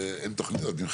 אז אני מסביר.